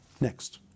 Next